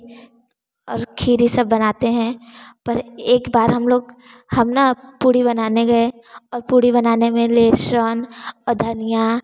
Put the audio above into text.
और खीर यह सब बनाते हैं पर एक बार हम लोग हम ना पूड़ी बनाने गए और पूड़ी बनाने में लहसुन धनिया